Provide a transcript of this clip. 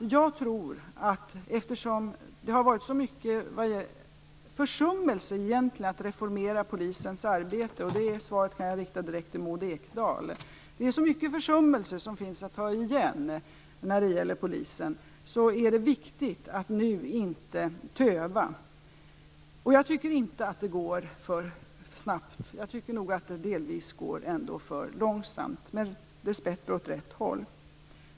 Det finns så mycket försummelse att ta igen när det gäller att reformera polisens arbete. Därför är det viktigt att nu inte töva. Det svaret kan jag rikta direkt till Maud Ekendahl. Jag tycker inte att det går för snabbt. Jag tycker nog att det delvis går för långsamt, men det går dessbättre åt rätt håll.